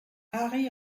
harry